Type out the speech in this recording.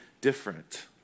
different